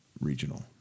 Regional